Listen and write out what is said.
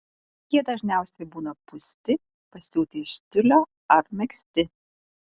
jie dažniausiai būna pūsti pasiūti iš tiulio ar megzti